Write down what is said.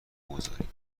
بگذاریم